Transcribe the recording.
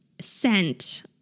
scent